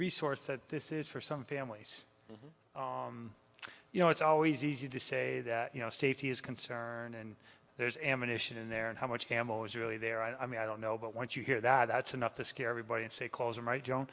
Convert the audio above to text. resource that this is for some families you know it's always easy to say that you know safety is concerned and there's ammunition in there and how much damage was really there i mean i don't know but once you hear that that's enough to scare everybody and stay close and i don't